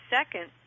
Second